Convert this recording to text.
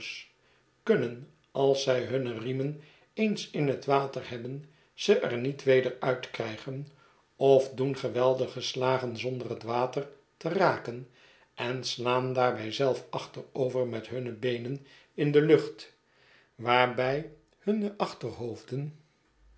kunnen als zij hunne riemen eens in het water hebben ze er niet weder uitkrijgen of doen geweldige slagen zonder het water te raken en slaan daarbij zelf achterover met hunne beenen in de lucht